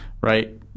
right